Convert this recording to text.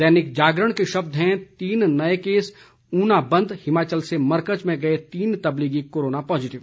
दैनिक जागरण के शब्द हैं तीन नए केस ऊना बंद हिमाचल से मरकज में गए तीन तब्लीगी कोरोना पॉजिटिव